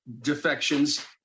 defections